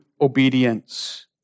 obedience